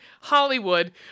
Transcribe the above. Hollywood